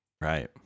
Right